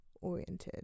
oriented